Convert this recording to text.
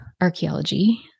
archaeology